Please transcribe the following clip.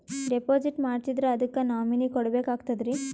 Deposit ಮಾಡ್ಸಿದ್ರ ಅದಕ್ಕ nominee ಕೊಡಬೇಕಾಗ್ತದ್ರಿ?